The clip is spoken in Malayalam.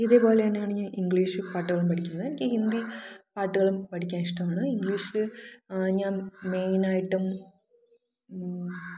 ഇതേപോലെ തന്നെയാണ് ഞാന് ഇംഗ്ലീഷ് പാട്ടുകൾ പഠിക്കുന്നത് എനിക്ക് ഹിന്ദി പാട്ടുകളും പഠിക്കാൻ ഇഷ്ടമാണ് ഇംഗ്ലീഷിൽ ഞാന് മെയിനായിട്ടും